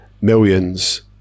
millions